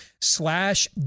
slash